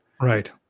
Right